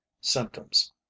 symptoms